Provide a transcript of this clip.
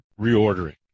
reordering